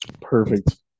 perfect